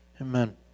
Amen